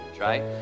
right